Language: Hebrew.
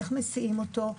איך מסיעים אותו,